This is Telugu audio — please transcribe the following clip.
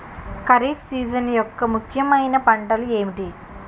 ఖరిఫ్ సీజన్ యెక్క ముఖ్యమైన పంటలు ఏమిటీ?